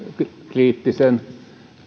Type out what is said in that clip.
kriittisen